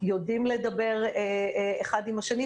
יודעים לדבר אחד עם השני,